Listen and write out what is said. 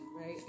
right